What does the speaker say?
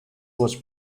was